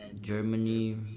Germany